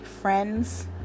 friends